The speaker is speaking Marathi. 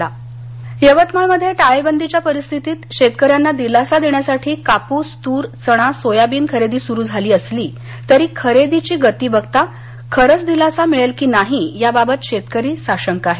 कापस खरेदी यवतमाळ यवतमाळमध्ये टाळेबंदीच्या परिस्थितीत शेतकऱ्यांना दिलासा देण्यासाठी कापूस तूर चणा सोयाबीन खरेदी सुरु झाली असली तरी खरेदीची गती बघता खरंच दिलासा मिळेल की नाही या बाबत शेतकरी साशंक आहेत